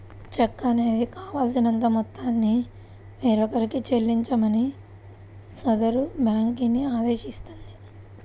చెక్కు అనేది కావాల్సినంత మొత్తాన్ని వేరొకరికి చెల్లించమని సదరు బ్యేంకుని ఆదేశిస్తుంది